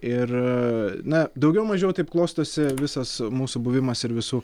ir na daugiau mažiau taip klostosi visas mūsų buvimas ir visų